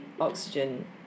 oxygen